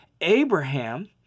Abraham